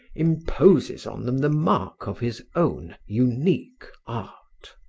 imposes on them the mark of his own unique art.